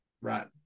right